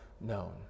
known